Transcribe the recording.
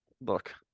Look